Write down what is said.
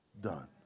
done